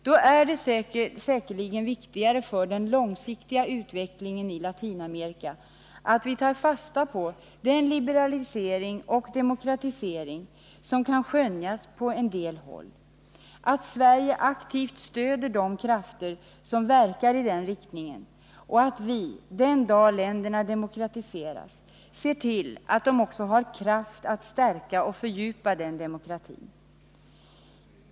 Då är det säkerligen viktigare för den långsiktiga utvecklingen i Latinamerika att vi tar fasta på den liberalisering och demokratisering som kan skönjas på en del håll, att Sverige aktivt stöder de krafter som verkar i den riktningen och att vi den dag länderna demokratiseras ser till att de också har Nr 33 kraft att stärka och fördjupa den demokratin.